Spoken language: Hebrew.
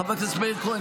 חבר הכנסת מאיר כהן,